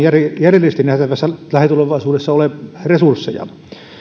järjellisesti nähtävässä lähitulevaisuudessa ole resursseja